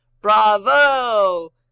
bravo